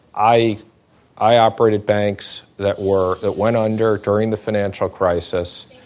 i i operated banks that were that went under during the financial crisis.